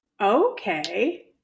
Okay